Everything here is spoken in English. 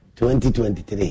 2023